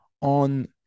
on